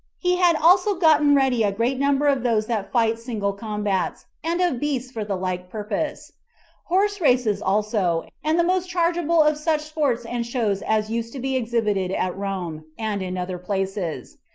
he had also gotten ready a great number of those that fight single combats, and of beasts for the like purpose horse races also, and the most chargeable of such sports and shows as used to be exhibited at rome, and in other places.